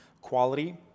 quality